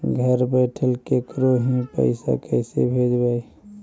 घर बैठल केकरो ही पैसा कैसे भेजबइ?